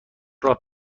راه